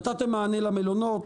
נתתם מענה למלונות,